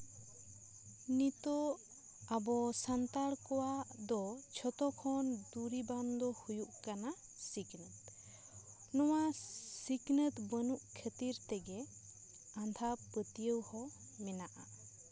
ᱱᱤᱛᱚᱜ ᱟᱵᱚ ᱥᱟᱱᱛᱟᱲ ᱠᱚᱣᱟᱜ ᱫᱚ ᱡᱷᱚᱛᱚ ᱠᱷᱚᱱ ᱫᱩᱨᱤᱵᱟᱱ ᱫᱚ ᱦᱩᱭᱩᱜ ᱠᱟᱱᱟ ᱥᱤᱠᱷᱱᱟᱹᱛ ᱱᱚᱣᱟ ᱥᱤᱠᱷᱱᱟᱹᱛ ᱵᱟᱹᱱᱩᱜ ᱠᱷᱟᱹᱛᱤᱨ ᱛᱮᱜᱮ ᱟᱸᱫᱷᱟᱯᱟᱹᱛᱭᱟᱹᱣ ᱦᱚᱸ ᱢᱮᱱᱟᱜᱼᱟ